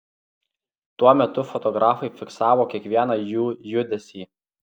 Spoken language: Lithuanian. tuo metu fotografai fiksavo kiekvieną jų judesį